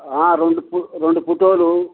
రెండు పో రెండు ఫోటోలు